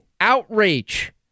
outrage